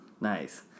Nice